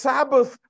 Sabbath